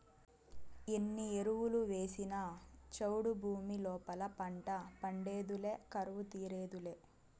ఎన్ని ఎరువులు వేసినా చౌడు భూమి లోపల పంట పండేదులే కరువు తీరేదులే